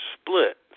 split